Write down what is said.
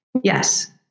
Yes